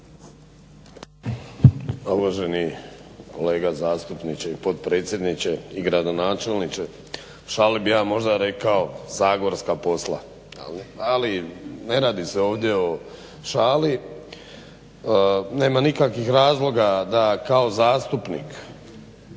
uvaženi kolega zastupniče i potpredsjedniče, i gradonačelniče u šali bi ja možda rekao zagorska posla, ali ne radi se ovdje o šali. Nema nikakvih razloga da kao zastupnik